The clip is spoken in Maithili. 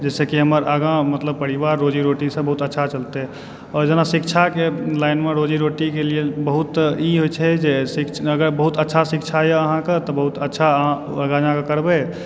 जाहिसँ कि हमर आगाँ परिवार मतलब रोजी रोटी सब बहुत अच्छा चलतय आओर जेना शिक्षाके लाइनमे जेना रोजी रोटीके लिए बहुत ई होइत छै जे अगर बहुत अच्छा शिक्षा यऽ अहाँकऽ तऽ बहुत अच्छा अहाँ आगाँ जाके करबय